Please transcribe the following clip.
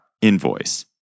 invoice